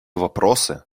вопросы